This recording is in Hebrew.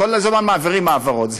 כל הזמן מעבירים העברות.